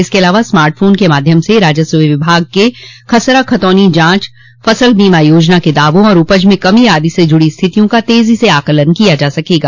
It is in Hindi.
इसके अलावा स्मार्ट फोन के माध्यम से राजस्व विभाग के खसरा खतौनी जांच फसल बीमा योजना के दावों तथा उपज में कमी आदि से जुड़ी स्थितियों का तेजी से आकलन किया जा सकेगा